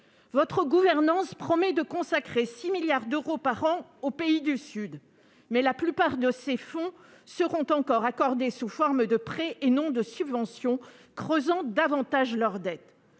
Votre gouvernement promet de consacrer 6 milliards d'euros par an aux pays du Sud, mais la plupart de ces fonds seront encore accordés sous forme de prêts, et non de subventions, creusant davantage leur dette.